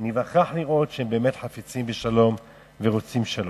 ניווכח לראות שהם באמת חפצים בשלום ורוצים שלום.